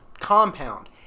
compound